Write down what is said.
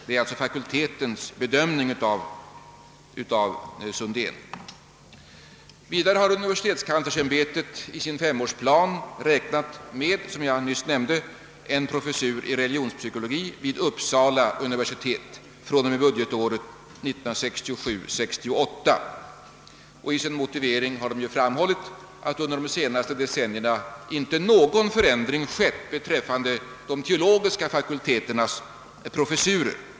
Universitetskanslersämbetet har, som jag nyss nämnde, i sin femårsplan räknat med en professur i religionspsyko logi vid Uppsala universitet fr.o.m. budgetåret 1967/68. I sin motivering har universitetskanslersämbetet framhållit att ingen förändring under de senaste decennierna skett beträffande de teologiska fakulteternas professurer.